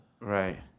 Right